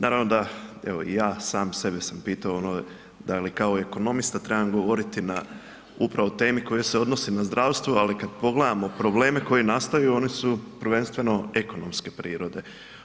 Naravno da, evo i ja sam sebe sam pitao, da li kao ekonomista trebam govoriti na upravo temi koja se odnosi na zdravstvo, ali kad pogledamo probleme koji nastaju, oni su prvenstveno ekonomske prirode.